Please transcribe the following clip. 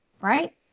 Right